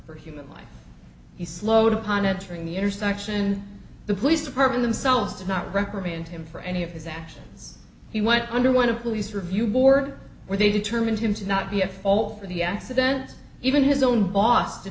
for human life he slowed upon entering the intersection the police department themselves to not reprimand him for any of his actions he went under one of police review board where they determined him to not be at all for the accident even his own boss did